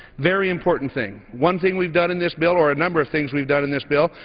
very important thing. one thing we've done in this bill or a number of things we've done in this bill,